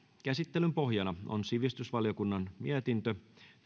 käsittelyn pohjana on sivistysvaliokunnan mietintö